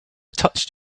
touched